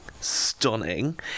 stunning